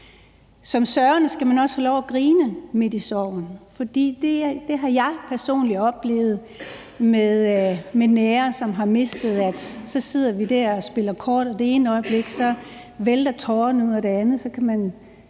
Som sørgende skal man også have lov til at grine midt i sorgen. Jeg har personligt oplevet det med nære, som har mistet. Så sidder vi der og spiller kort, og det ene øjeblik vælter tårerne ud, og det næste øjeblik kan man